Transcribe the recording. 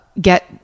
get